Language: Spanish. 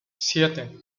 siete